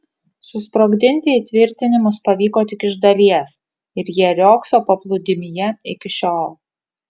susprogdinti įtvirtinimus pavyko tik iš dalies ir jie riogso paplūdimyje iki šiol